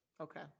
okay